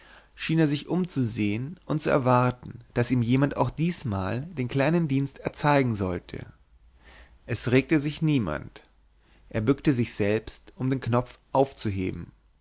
schien er sich umzusehen und zu erwarten daß ihm jemand auch diesmal den kleinen dienst erzeigen sollte es regte sich niemand er bückte sich selbst um den knopf aufzuheben